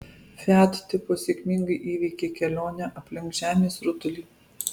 fiat tipo sėkmingai įveikė kelionę aplink žemės rutulį